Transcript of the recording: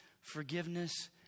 forgiveness